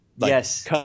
Yes